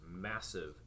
massive